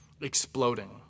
exploding